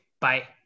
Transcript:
Bye